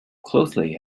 closely